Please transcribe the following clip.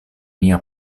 nia